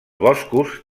boscos